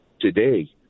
today